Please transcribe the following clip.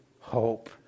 hope